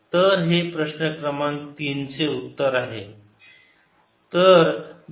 तर हे प्रश्न क्रमांक तीन चे उत्तर आहे